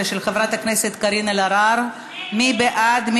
11, של חברת הכנסת קארין אלהרר, מי בעד?